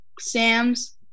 Sam's